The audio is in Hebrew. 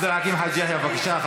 עבד אל חכים חאג' יחיא.